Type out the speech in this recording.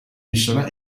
michelin